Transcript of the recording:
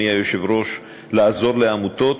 אדוני היושב-ראש, לעזור לעמותות,